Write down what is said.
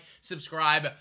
subscribe